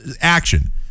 action